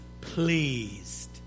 pleased